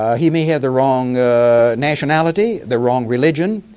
ah he may have the wrong nationality, the wrong religion,